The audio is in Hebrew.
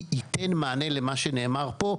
וזה ייתן מענה למה שנאמר פה,